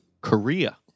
Korea